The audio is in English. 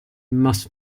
must